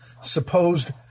supposed